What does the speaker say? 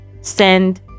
send